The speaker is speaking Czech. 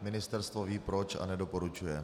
Ministerstvo ví proč a nedoporučuje.